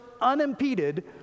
unimpeded